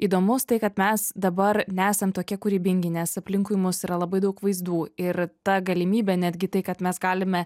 įdomus tai kad mes dabar nesam tokie kūrybingi nes aplinkui mus yra labai daug vaizdų ir ta galimybė netgi tai kad mes galime